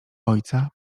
ojca